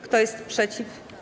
Kto jest przeciw?